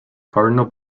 cardinal